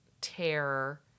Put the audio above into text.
terror